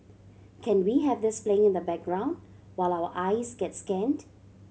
can we have this playing in the background while our eyes get scanned